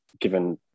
given